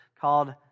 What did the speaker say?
called